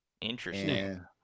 interesting